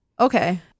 Okay